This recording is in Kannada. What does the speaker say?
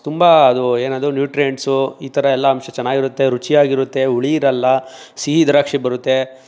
ತುಂಬ ಅದು ಏನದು ನ್ಯೂಟ್ರಿಯಂಟ್ಸು ಈ ಥರ ಎಲ್ಲ ಅಂಶ ಚೆನ್ನಾಗಿರುತ್ತೆ ರುಚಿಯಾಗಿರುತ್ತೆ ಹುಳಿ ಇರೋಲ್ಲ ಸಿಹಿ ದ್ರಾಕ್ಷಿ ಬರುತ್ತೆ